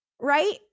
right